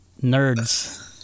nerds